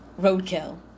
roadkill